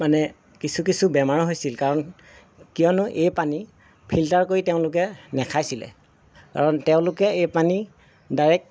মানে কিছু কিছু বেমাৰ হৈছিল কাৰণ কিয়নো এই পানী ফিল্টাৰ কৰি তেওঁলোকে নাখাইছিলে কাৰণ তেওঁলোকে এই পানী ডাইৰেক্ট